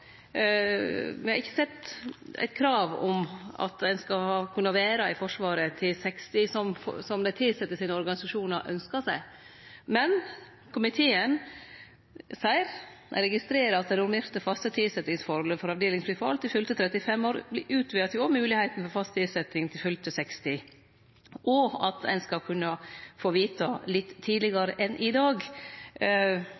me har ikkje sett eit krav om at ein skal kunne vere i Forsvaret til 60 år, som dei tilsette sine organisasjonar ynskjer seg, men komiteen registrerer at det normerte faste tilsetjingsforholdet for avdelingsbefal til fylte 35 år vert utvida til moglegheit for fast tilsetjing til fylte 60, og at ein skal kunne få vite litt